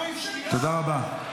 תודה רבה.